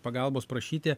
pagalbos prašyti